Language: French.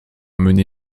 mené